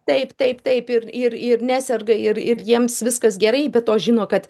taip taip taip ir ir ir neserga ir ir jiems viskas gerai be to žino kad